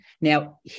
Now